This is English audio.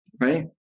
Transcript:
right